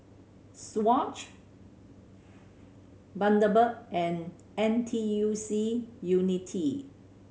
Swatch Bundaberg and N T U C Unity